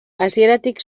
hasieratik